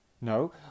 No